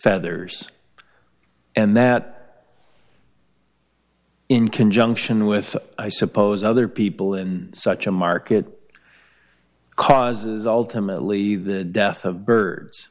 feathers and that in conjunction with i suppose other people in such a market causes ultimately the death of birds